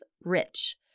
rich